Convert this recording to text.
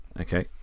okay